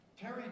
Terry